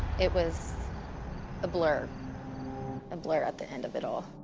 it was a blur a blur at the end of it ah